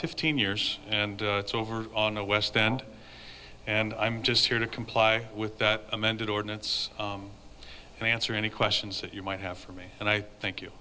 fifteen years and it's over on the west end and i'm just here to comply with that amended ordinance and answer any questions that you might have for me and i